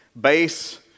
base